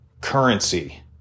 currency